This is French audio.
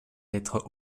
lettres